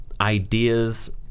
ideas